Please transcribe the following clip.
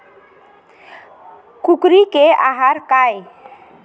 कुकरी के आहार काय?